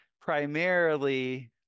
primarily